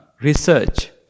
research